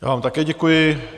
Já vám také děkuji.